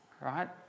right